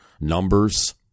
numbers